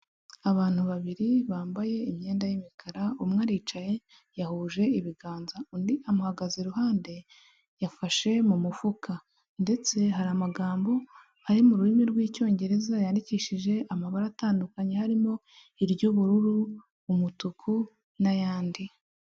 Abantu babiri bambaye imyenda y'imikara, umwe aricaye, yahuje ibiganza, undi amuhagaze iruhande yafashe mu mufuka ndetse hari amagambo ari mu rurimi rw'icyongereza yandikishije amabara atandukanye, harimo iry'ubururu, umutuku n'ayandi.